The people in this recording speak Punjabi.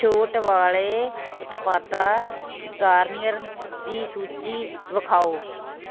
ਛੋਟ ਵਾਲੇ ਉਤਪਾਦਾਂ ਗਾਰਨੀਅਰ ਦੀ ਸੂਚੀ ਵਿਖਾਉ